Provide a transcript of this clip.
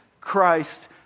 Christ